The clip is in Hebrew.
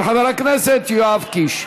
של חבר הכנסת יואב קיש.